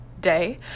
day